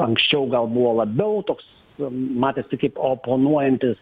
anksčiau gal buvo labiau toks matėsi kaip oponuojantis